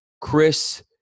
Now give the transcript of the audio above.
Chris